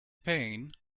pain